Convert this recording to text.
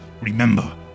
remember